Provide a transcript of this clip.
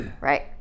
right